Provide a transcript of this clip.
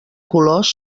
colors